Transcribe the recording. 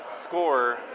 score